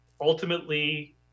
ultimately